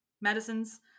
medicines